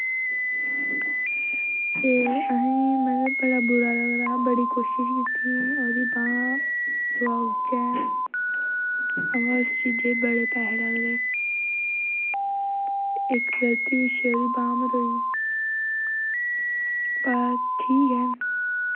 ते असेंगी मतलब बड़ा बुरा लगदा बड़ी कोशिश कीती ओह्दी बाह् पोआउड़चै अवा इस चीजै गी बड़े पैहे लगदे इक गलती दी पिच्छें ओह्दी बांह् मरोई पर ठीक ऐ